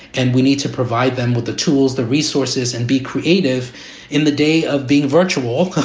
and we need to provide them with the tools, the resources, and be creative in the day of being virtual